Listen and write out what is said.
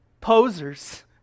Posers